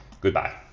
goodbye